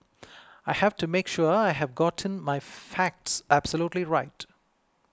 I have to make sure I have gotten my facts absolutely right